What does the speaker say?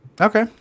Okay